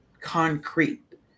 concrete